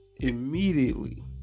immediately